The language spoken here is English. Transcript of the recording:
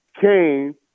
came